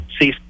see